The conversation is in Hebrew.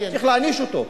צריך להעניש אותו,